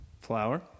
flour